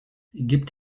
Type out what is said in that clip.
gibt